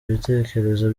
bitekerezo